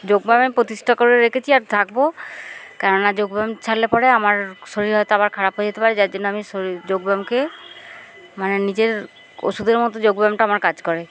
যোগব্যায়ামে প্রতিষ্ঠা করে রেখেছি আর থাকবো কেননা যোগব্যায়াম ছাড়লে পরে আমার শরীর হয়তো আবার খারাপ হয়ে যেতে পারে যার জন্য আমি শরীর যোগব্যায়ামকে মানে নিজের ওষুধের মতো যোগব্যায়ামটা আমার কাজ করে